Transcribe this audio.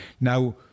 Now